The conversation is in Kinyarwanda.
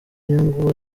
inyungu